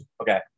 okay